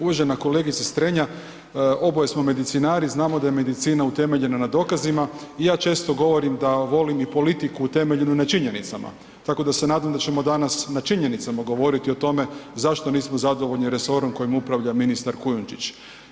Uvažena kolegice Strenja, oboje smo medicinari, znamo da je medicina utemeljena na dokazima i ja često govorim da volim i politiku utemeljenu na činjenicama tako da se nadam da ćemo danas na činjenicama govoriti o tome zašto nismo zadovoljni resorom kojim upravlja Kujundžić.